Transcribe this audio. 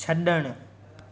छॾणु